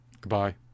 Goodbye